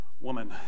woman